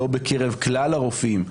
לא בקרב כלל הרופאים,